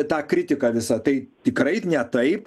tą kritiką visą tai tikrai ne taip